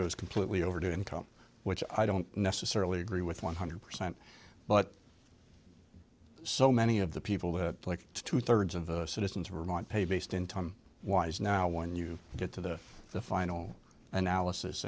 goes completely over to income which i don't necessarily agree with one hundred percent but so many of the people that like two thirds of the citizens who want pay based in time wise now when you get to the final analysis